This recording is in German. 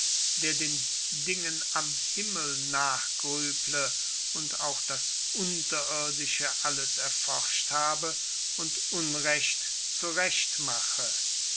der den dingen am himmel nachgrüble und auch das unterirdische alles erforscht habe und unrecht zu recht mache